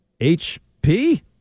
HP